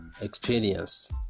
experience